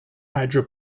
hydro